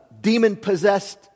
demon-possessed